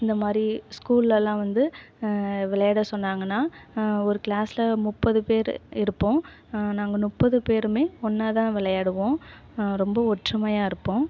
இந்தமாதிரி ஸ்கூல்லேலாம் வந்து விளையாட சொன்னாங்கன்னால் ஒரு க்ளாசில் முப்பது பேர் இருப்போம் நாங்கள் முப்பது பேருமே ஒன்றாதான் விளையாடுவோம் ரொம்ப ஒற்றுமையாக இருப்போம்